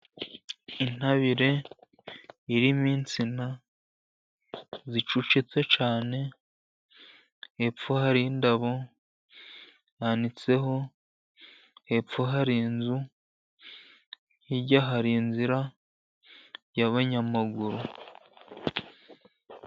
Intabire irimo insina zicucitse cyane, hepfo hari indabo zanitseho, hepfo hari inzu, hirya hari inzira y'abanyamaguru.